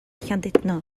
llandudno